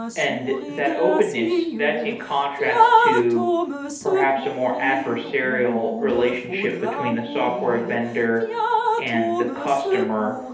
and that openness, that's in contrast to perhaps a more adversarial relationship between the software vendor and the customer,